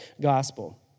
gospel